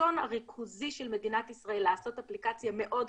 הרצון הריכוזי של מדינת ישראל לעשות אפליקציה מאוד ריכוזית,